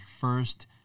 first